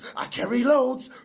i carry loads